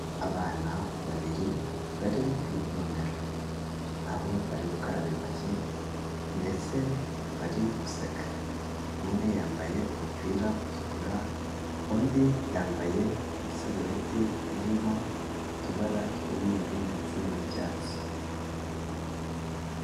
Abana babiri bari ku ivomera, aho bari gukaraba intoki ndetse bari guseka, umwe yambaye umupira utukura, undi yambaye isarureti irimo utubara tw'umweru ndetse n'icyatsi.